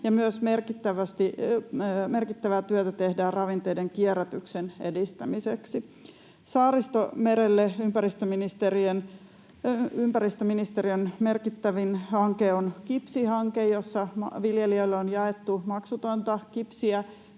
ja merkittävää työtä tehdään myös ravinteiden kierrätyksen edistämiseksi. Saaristomerelle ympäristöministeriön merkittävin hanke on kipsihanke, jossa viljelijöille on jaettu maksutonta kipsiä